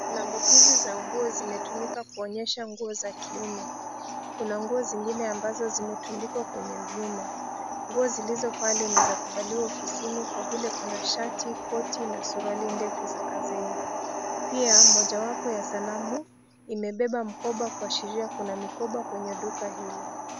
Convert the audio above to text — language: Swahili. Sanamu hizi za nguo zimetumika kuonyesha nguo za kiume. Kuna nguo zingine ambazo zimetundikwa kwenye vyuma. Nguo zilizo pale ni za kuvaliwa ofisini kwa vile kuna shati, koti na suruali ndefu za kazini. Pia mojawapo ya sanamu imebeba mkoba kuashiria kuna mikoba kwenye duka lile.